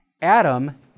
Adam